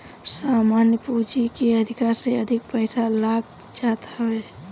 सामान्य पूंजी के अधिका से अधिक पईसा लाग जात हवे